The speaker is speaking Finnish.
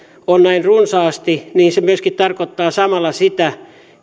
on näin runsaasti niin se myöskin tarkoittaa samalla sitä